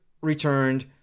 returned